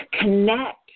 connect